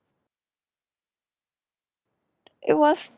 it was